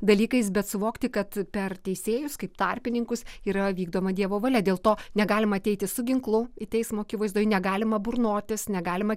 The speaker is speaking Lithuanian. dalykais bet suvokti kad per teisėjus kaip tarpininkus yra vykdoma dievo valia dėl to negalima ateiti su ginklu į teismo akivaizdoj negalima burnotis negalima